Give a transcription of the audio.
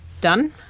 done